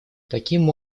таким